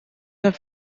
have